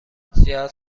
زیاد